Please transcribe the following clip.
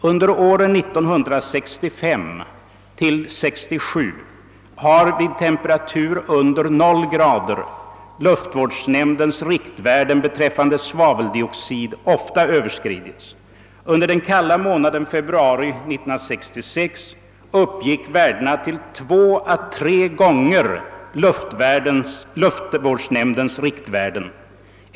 Under åren 1965—1967 har vid temperatur under 0 grader, luftvårdsnämndens riktvärden beträffande svaveldioxid ofta överskridits. Under den kalla månaden februari 1966 uppgick värdena till 2 å 3 gånger luftvårdsnämndens riktvärden.